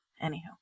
Anyhow